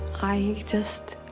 i just